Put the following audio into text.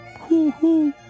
Hoo-hoo